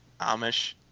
amish